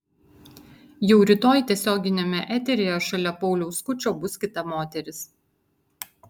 jau rytoj tiesioginiame eteryje šalia pauliaus skučo bus kita moteris